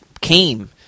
came